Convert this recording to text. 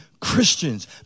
Christians